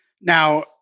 Now